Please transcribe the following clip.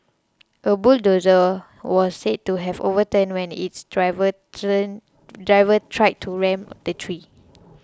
a bulldozer was said to have overturned when its driver driver tried to ram the tree